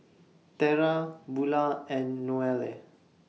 Tera Bula and Noelle